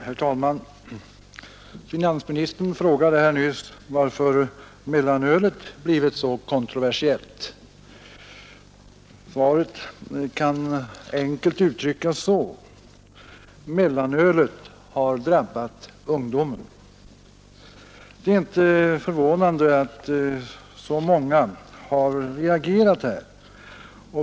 Herr talman! Finansministern frågade här nyss varför mellanölet blivit så kontroversiellt. Svaret kan enkelt uttryckas så: Mellanölet har drabbat ungdomen. Det är inte förvånande att så många har reagerat här.